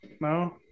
No